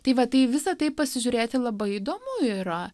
tai va tai į visa tai pasižiūrėti labai įdomu yra